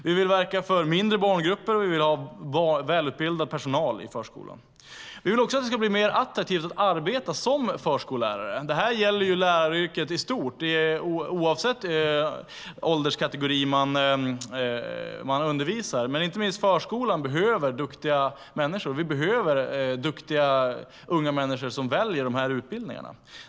Vi vill verka för mindre barngrupper. Vi vill ha välutbildad personal i förskolan. Vi vill också att det ska bli mer attraktivt att arbeta som förskollärare. Det gäller läraryrket i stort, oavsett vilken åldersgrupp man undervisar. Inte minst förskolan behöver duktiga människor. Vi behöver duktiga unga människor som väljer de här utbildningarna.